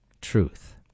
truth